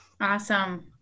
awesome